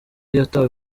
yatawe